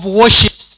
worship